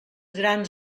grans